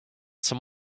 some